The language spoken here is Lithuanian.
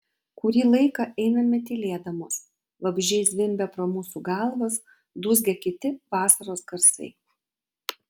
kurį laiką einame tylėdamos vabzdžiai zvimbia pro mūsų galvas dūzgia kiti vasaros garsai